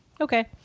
Okay